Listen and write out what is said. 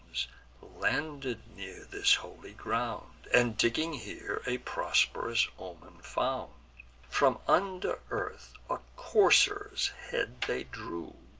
landing near this holy ground, and digging here, a prosp'rous omen found from under earth a courser's head they drew,